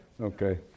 Okay